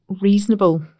reasonable